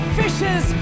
fishes